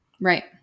Right